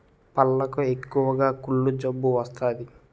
పళ్లకు ఎక్కువగా కుళ్ళు జబ్బు వస్తాది